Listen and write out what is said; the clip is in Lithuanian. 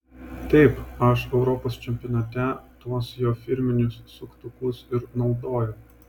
taip aš europos čempionate tuos jo firminius suktukus ir naudojau